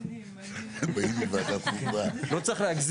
מחיר המינימום ל-15%, אנחנו רצינו להוריד